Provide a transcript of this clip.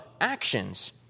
actions